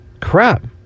crap